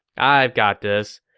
i've got this,